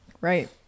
Right